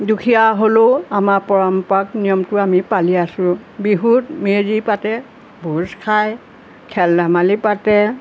দুখীয়া হ'লেও আমাৰ পৰম্পৰাক নিয়মটো আমি পালি আছো বিহুত মেজি পাতে ভোজ খায় খেল ধেমালি পাতে